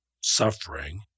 suffering